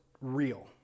real